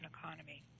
economy